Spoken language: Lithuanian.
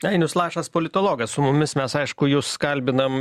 ainius lašas politologas su mumis mes aišku jūs kalbinam